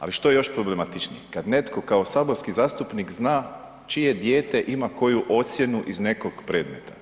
Ali što je još problematičnije, kad netko kao saborski zastupnik zna čije dijete ima koju ocjenu iz nekog predmeta.